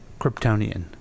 Kryptonian